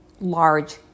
large